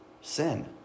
Sin